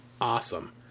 Awesome